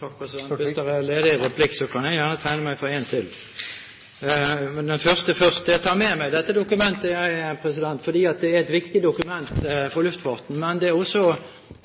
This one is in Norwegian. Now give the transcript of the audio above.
Takk, president. Hvis det er en ledig replikk, kan jeg gjerne tegne meg til en til. Men den første først: Jeg tar med meg dette dokumentet, fordi det er et viktig dokument for luftfarten. Men det er også